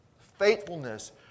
Faithfulness